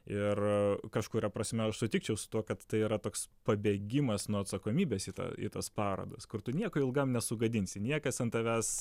ir kažkuria prasme aš sutikčiau su tuo kad tai yra toks pabėgimas nuo atsakomybės į tą į tas parodas kur tu nieko ilgam nesugadinsi niekas ant tavęs